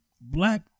black